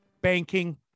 banking